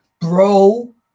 Bro